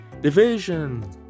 Division